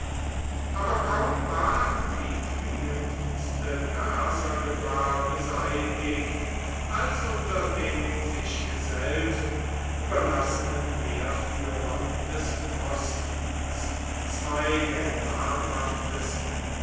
aber kaum war die dringendste persergefahr beseitigt als unter den sich selbst überlassenen heerführern des ostens zwei der namhaftesten